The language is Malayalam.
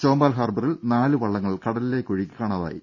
ചോമ്പാൽ ഹാർബറിൽ നാല് വള്ളങ്ങൾ കടലിലേക്ക് ഒഴുകി കാണാതായി